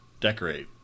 decorate